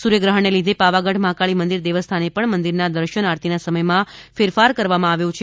સૂર્યગ્રહણને લીધે પાવાગઢ મહાકાળી મંદિર દેવસ્થાને પણ મંદિરમાં દર્શન આરતીના સમયમાં ફેરફાર કરવામાં આવ્યો છે